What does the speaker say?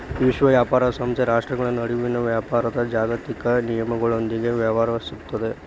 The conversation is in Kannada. ವಿಶ್ವ ವ್ಯಾಪಾರ ಸಂಸ್ಥೆ ರಾಷ್ಟ್ರ್ಗಳ ನಡುವಿನ ವ್ಯಾಪಾರದ್ ಜಾಗತಿಕ ನಿಯಮಗಳೊಂದಿಗ ವ್ಯವಹರಿಸುತ್ತದ